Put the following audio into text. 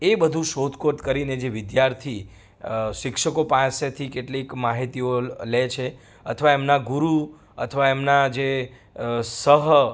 એ બધું શોધખોળ કરીને જે વિદ્યાર્થી શિક્ષકો પાસેથી કેટલીક માહિતીઓ લે છે અથવા એમના ગુરુ અથવા એમના જે સહ